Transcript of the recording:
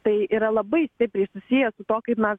tai yra labai stipriai susiję su tuo kaip mes